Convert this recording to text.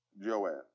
Joab